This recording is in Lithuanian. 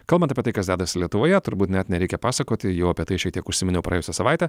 kalbant apie tai kas dedasi lietuvoje turbūt net nereikia pasakoti jau apie tai šiek tiek užsiminiau praėjusią savaitę